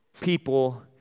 people